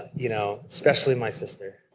you know especially my sister,